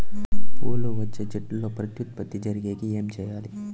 పూలు వచ్చే చెట్లల్లో ప్రత్యుత్పత్తి జరిగేకి ఏమి చేయాలి?